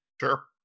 Sure